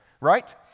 right